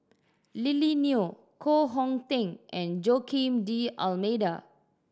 Lily Neo Koh Hong Teng and Joaquim D'Almeida